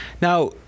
Now